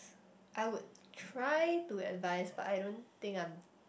I would try to advice but I don't think I'm